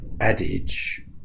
adage